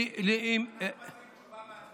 לי, אנחנו מציעים תשובה והצבעה במועד אחר.